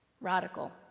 Radical